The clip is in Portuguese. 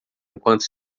enquanto